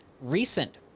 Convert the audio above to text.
recent